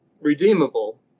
redeemable